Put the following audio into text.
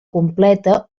completa